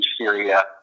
Syria